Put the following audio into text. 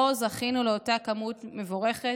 לא זכינו לאותה כמות מבורכת.